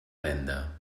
venda